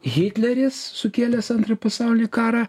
hitleris sukėlęs antrąjį pasaulinį karą